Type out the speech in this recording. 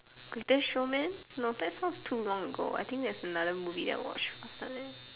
Greatest Showman no that sounds too long ago I think there's another movie I watched after that